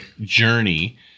journey